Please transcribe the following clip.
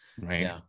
right